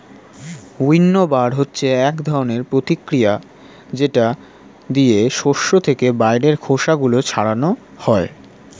উইন্নবার হচ্ছে এক ধরনের প্রতিক্রিয়া যেটা দিয়ে শস্য থেকে বাইরের খোসা গুলো ছাড়ানো হয়